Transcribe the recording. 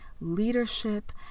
leadership